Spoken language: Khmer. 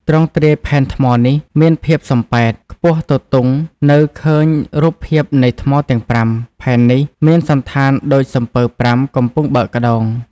ទ្រង់ទ្រាយផែនថ្មនេះ មានភាពសំប៉ែត ខ្ពស់ទទុងនៅឃើញរូបភាពនៃថ្មទាំង ៥ ផែននេះ មានសណ្ឋានដូចសំពៅ ៥ កំពុងបើកក្តោង។